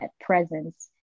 presence